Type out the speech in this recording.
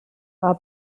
war